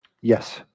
Yes